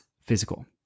physical